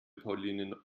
pauline